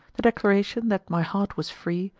the declaration, that my heart was free,